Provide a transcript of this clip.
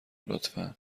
لطفا